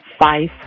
five